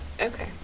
okay